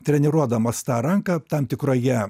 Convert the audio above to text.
treniruodamas tą ranką tam tikroje